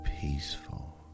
peaceful